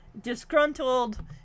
Disgruntled